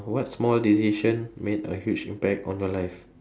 what small decision made a huge impact on your life